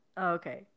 Okay